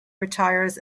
retires